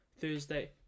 Thursday